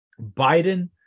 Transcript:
biden